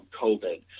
COVID